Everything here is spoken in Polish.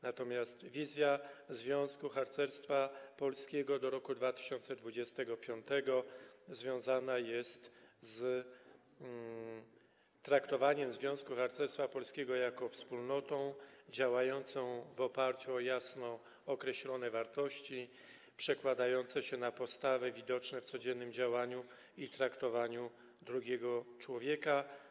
Natomiast wizja Związku Harcerstwa Polskiego do roku 2025 związana jest z traktowaniem Związku Harcerstwa Polskiego jako wspólnoty działającej w oparciu o jasno określone wartości, przekładające się na postawy widoczne w codziennym działaniu i traktowaniu drugiego człowieka.